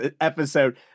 episode